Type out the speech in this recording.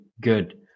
good